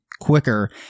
quicker